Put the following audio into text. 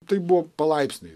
tai buvo palaipsniui